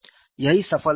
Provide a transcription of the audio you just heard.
यही सफलता थी